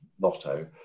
Lotto